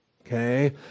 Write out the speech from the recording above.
okay